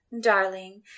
Darling